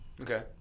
Okay